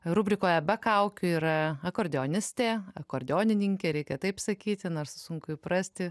rubrikoje be kaukių yra akordeonistė akordeonininkė reikia taip sakyti na nors sunku įprasti